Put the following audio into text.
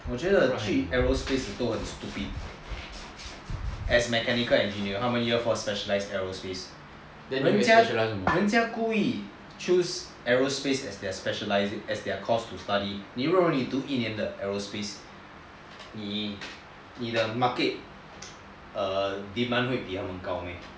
我觉得去 aerospace 的人都很 stupid as a mechanical engineer how many years do you need to specialise aerospace 人家人家故意 choose aerospace as their course of study 你认为你读一年的 aerospace 你的 market err demand 会比他们高 meh